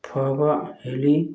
ꯐꯕ ꯍꯦꯜꯂꯤ